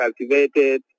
cultivated